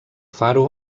faro